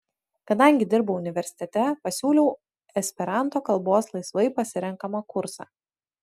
kadangi dirbau universitete pasiūliau esperanto kalbos laisvai pasirenkamą kursą